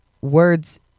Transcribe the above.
words